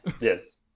Yes